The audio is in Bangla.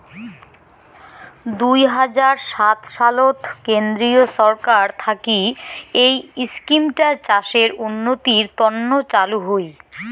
দুই হাজার সাত সালত কেন্দ্রীয় ছরকার থাকি এই ইস্কিমটা চাষের উন্নতির তন্ন চালু হই